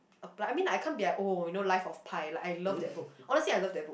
apply I mean I can't be like oh you know Life-of-Pi like I love that book honestly I love that book